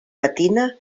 matina